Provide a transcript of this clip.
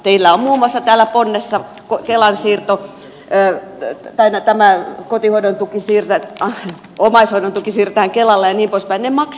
teillä on muun muassa täällä ponnessa että omaishoidon tuki siirretään kelalle jnp